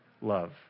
love